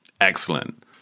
excellent